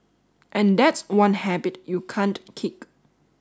and that's one habit you can't kick